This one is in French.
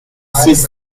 six